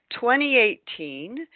2018